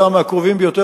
אתה מהקרובים ביותר,